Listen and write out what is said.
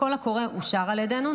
הקול הקורא אושר על ידינו,